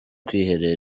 kwihera